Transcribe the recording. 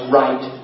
right